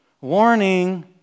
warning